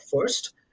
first